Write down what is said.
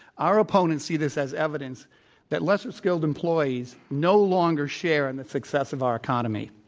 our opponents see this as evidence that lesser skilled employees no longer share in the success of our economy.